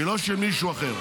היא לא של מישהו אחר.